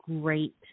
great